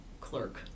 clerk